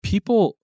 People